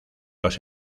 los